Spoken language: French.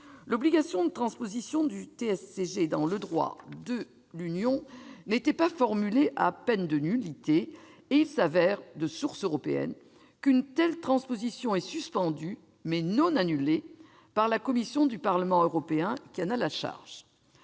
l'obligation de transposition du TSCG dans le droit de l'Union n'était pas formulée à peine de nullité. Il se trouve, de source européenne, qu'une telle transposition est suspendue, mais pas annulée, par la commission du Parlement européen qui en a la charge.